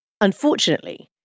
Unfortunately